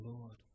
Lord